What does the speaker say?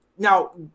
Now